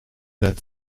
that